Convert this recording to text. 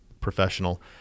professional